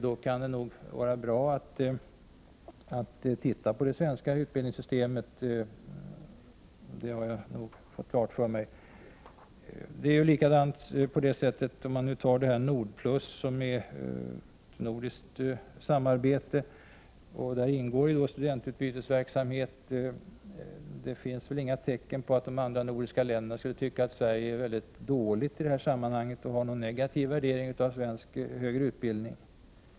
Då kan det nog vara bra att se på det svenska utbildningssystemet. Det har jag fått klart för mig. Det är nog på samma sätt inom Nordplus, som är ett nordiskt samarbetsprogram. Däri ingår studentutbytesverksamhet. Det finns inga tecken på att de andra nordiska länderna skulle tycka att Sverige är mycket dåligt i detta sammanhang, och ha någon negativ värdering av svensk högre utbildning.